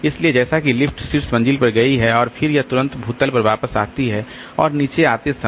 इसलिए जैसे कि लिफ्ट शीर्ष मंजिल पर गई है और फिर यह तुरंत भूतल पर वापस आती है और नीचे आते समय